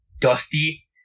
dusty